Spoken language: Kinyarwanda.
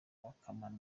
bakamara